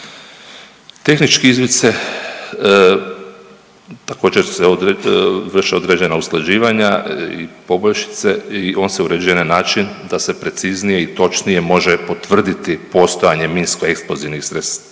Tehnički izvid se, također se vrše određena usklađivanja i poboljšice i on se uređuje na način da se preciznije i točnije može potvrditi postojanje minsko eksplozivnih zapreka,